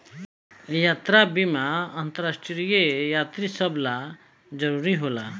यात्रा बीमा अंतरराष्ट्रीय यात्री सभ ला जरुरी होला